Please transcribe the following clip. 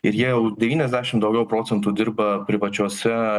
ir jie jau devyniasdešim daugiau procentų dirba privačiose